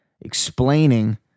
explaining